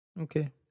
Okay